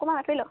অকণমান আঁতৰি ল